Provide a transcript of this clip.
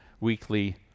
weekly